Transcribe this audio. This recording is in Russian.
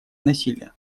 насилие